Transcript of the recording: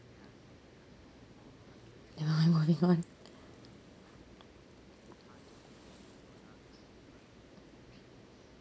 no I'm already gone